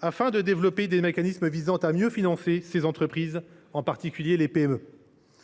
pour développer des mécanismes visant à mieux financer ces entreprises, en particulier les PME.